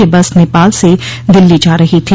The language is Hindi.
यह बस नेपाल से दिल्ली जा रही थी